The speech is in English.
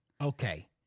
Okay